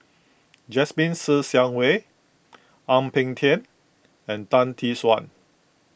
Jasmine Ser Xiang Wei Ang Peng Tiam and Tan Tee Suan